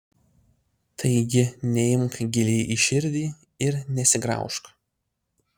taigi neimk giliai į širdį ir nesigraužk